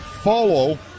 Follow